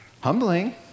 Humbling